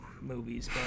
movies